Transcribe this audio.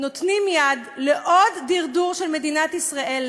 נותנים יד לעוד דרדור של מדינת ישראל,